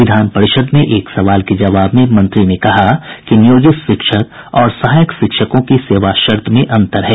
विधान परिषद में एक सवाल के जवाब में मंत्री ने कहा कि नियोजित शिक्षक और सहायक शिक्षकों की सेवा शर्त में अंतर है